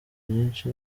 nyinshi